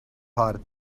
heart